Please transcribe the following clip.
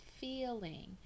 feeling